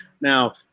Now